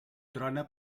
trona